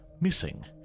missing